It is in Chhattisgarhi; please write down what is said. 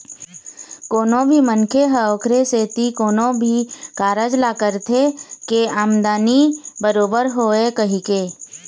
कोनो भी मनखे ह ओखरे सेती कोनो भी कारज ल करथे के आमदानी बरोबर होवय कहिके